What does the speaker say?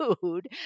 food